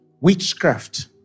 witchcraft